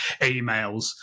emails